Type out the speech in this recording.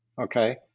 okay